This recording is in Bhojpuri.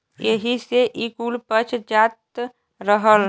एही से ई कुल पच जात रहल